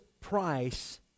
price